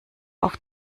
auf